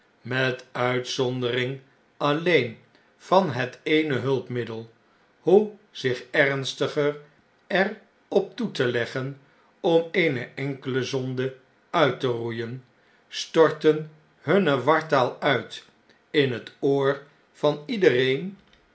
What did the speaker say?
met uitzondering alleen van het eene hulpmiddel hoe zich ernstig er op toe te leggen om eene enkele zonde uit te roeien stortten hunne wartaal uit in het oor van iedereen